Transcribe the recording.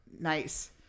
Nice